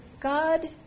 God